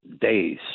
days